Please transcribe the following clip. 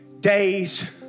Days